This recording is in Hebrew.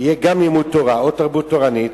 גם לימוד תורה או תרבות תורנית,